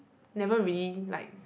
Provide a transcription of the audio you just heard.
never really like